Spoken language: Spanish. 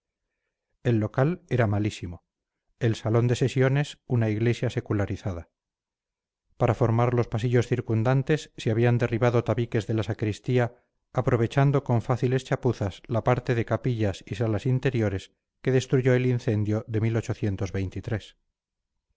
el local era malísimo el salón de sesiones una iglesia secularizada para formar los pasillos circundantes se habían derribado tabiques de la sacristía aprovechando con fáciles chapuzas la parte de capillas y salas interiores que destruyó el incendio de